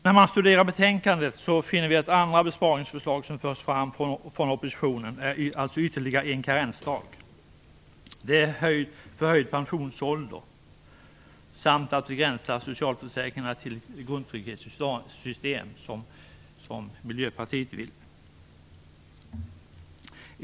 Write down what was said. När man studerar betänkandet finner man att andra besparingsförslag från oppositionen innebär ytterligare en karensdag, höjd pensionsålder samt att vi begränsar socialförsäkringarna till det grundtrygghetssystem som Miljöpartiet vill.